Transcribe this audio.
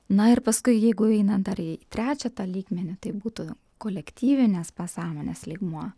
na ir paskui jeigu einant ar į trečią tą lygmenį tai būtų kolektyvinės pasąmonės lygmuo